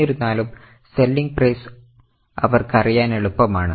എന്നിരുന്നാലുംസെല്ലിങ് price അവർക്ക് അറിയാൻ എളുപ്പമാണ്